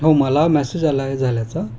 हो मला मॅसेज आला आहे झाल्याचा